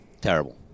Terrible